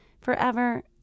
forever